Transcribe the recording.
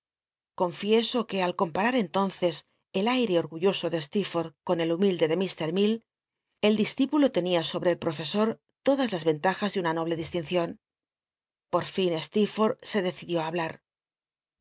confieso que al comparar entonces el aite orgulloso de steerforth con el hum ilde tle mr ifell el discípulo tenia sobre el profesor todas las ventaj as de una noble distincion por lln steerfort h se decidió t hablat